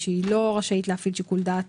שהיא לא רשאית להפעיל שיקול דעת